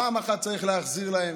פעם אחת צריך להחזיר להם,